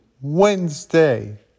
Wednesday